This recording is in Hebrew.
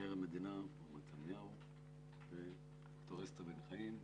מבקר המדינה מתניהו ואסתר בן חיים,